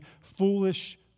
foolish